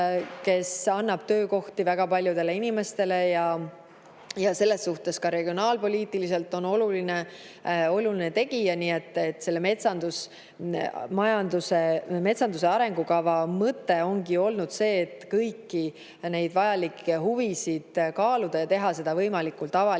kes annab töökohti väga paljudele inimestele ja on selles mõttes ka regionaalpoliitiliselt oluline tegija. Metsanduse arengukava mõte ongi olnud kõiki neid tähtsaid huvisid kaaluda ja teha seda võimalikult avalikult.